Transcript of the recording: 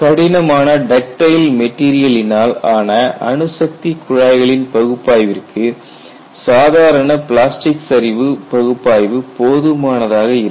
கடினமான டக்டைல் மெட்டீரியலினால் ஆன அணுசக்தி குழாய்களின் பகுப்பாய்விற்கு சாதாரண பிளாஸ்டிக் சரிவு பகுப்பாய்வு போதுமானதாக இருக்கும்